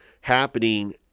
happening